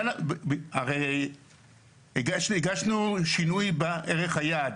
הרי הגשנו שינוי בערך היעד,